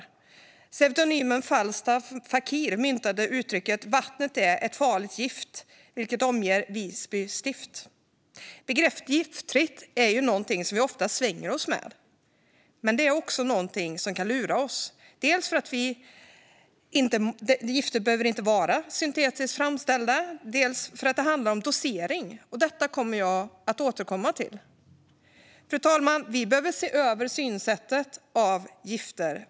Pseudonymen Falstaff, fakir myntade uttrycket: "Vattnet är ett farligt gift, vilket omger Visby stift." Man svänger sig ofta med begreppet giftfritt, men det kan lura oss - dels för att gifter inte måste vara syntetiskt framställda, dels för att det handlar om dosering. Detta kommer jag att återkomma till. Fru talman! Synsättet på gifter behöver ses över.